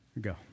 Go